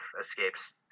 escapes